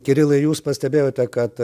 kirilai jūs pastebėjote kad